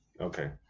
Okay